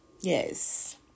Yes